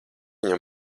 viņam